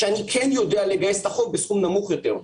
כשאני כן יודע לגייס את החוב בסכום נמוך יותר.